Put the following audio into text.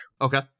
Okay